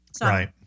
Right